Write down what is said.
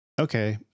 Okay